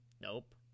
Nope